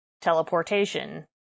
teleportation